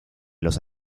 los